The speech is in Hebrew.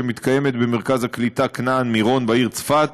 שמתקיימת במרכז הקליטה כנען-מירון בעיר צפת,